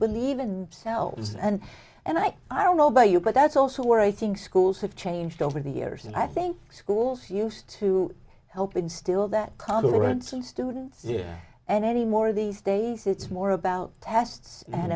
believe in selves and and i i don't know about you but that's also where i think schools have changed over the years and i think schools used to help instill that conference in students and anymore these days it's more about tests and